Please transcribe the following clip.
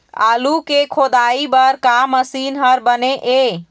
आलू के खोदाई बर का मशीन हर बने ये?